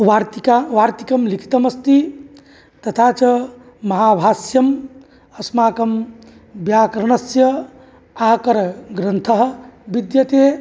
वार्तिका वार्तिकं लिखितमस्ति तथा च महाभाष्यम् अस्माकं व्याकरणस्य आकरग्रन्थः विद्यते